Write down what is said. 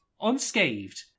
unscathed